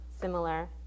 similar